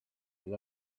and